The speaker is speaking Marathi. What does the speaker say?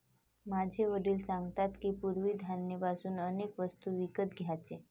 माझे वडील सांगतात की, पूर्वी धान्य पासून अनेक वस्तू विकत घ्यायचे